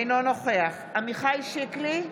אינו נוכח עמיחי שיקלי,